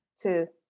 two